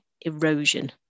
erosion